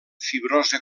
fibrosa